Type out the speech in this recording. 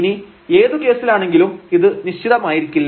ഇനി ഏതു കേസിലാണെങ്കിലും ഇത് നിശ്ചിതമായിരിക്കില്ല